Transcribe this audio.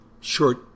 short